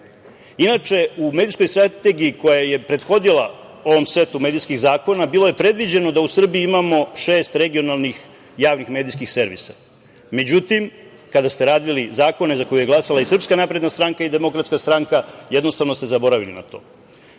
u medijskoj strategiji koja je prethodila ovom setu medijskih zakona bilo je predviđeno da u Srbiji imamo šest regionalnih javnih medijskih servisa. Međutim, kada ste radili zakone za koje je glasala i SNS i DS jednostavno ste zaboravili na to.